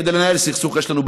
כדי לנהל סכסוך יש לנו,